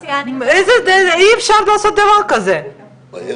באופן תיאורטי קשה לי להעריך מצב כזה שזה יקרה כי ברגע שאנחנו מגיעים